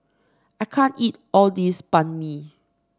I can't eat all this Banh Mi